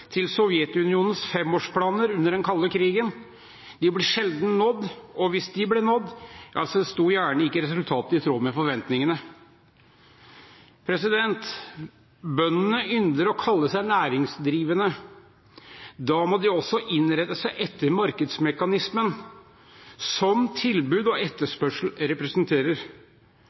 til Sovjetunionens femårsplaner under den kalde krigen. De ble sjelden nådd, og hvis de ble nådd, var gjerne ikke resultatet i tråd med forventningene. Bøndene ynder å kalle seg næringsdrivende. Da må de også innrette seg etter markedsmekanismen som tilbud og etterspørsel representerer.